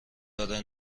داره